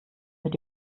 mit